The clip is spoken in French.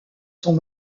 sont